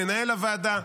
מנהל הוועדה,